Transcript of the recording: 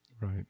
Right